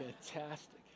fantastic